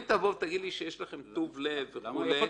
אם תבוא ותגיד שיש לכם טוב לב וכו'